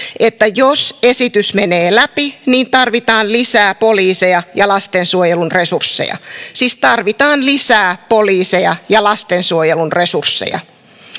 että jos esitys menee läpi niin tarvitaan lisää poliiseja ja lastensuojelun resursseja siis tarvitaan lisää poliiseja ja lastensuojelun resursseja